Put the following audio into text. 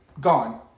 Gone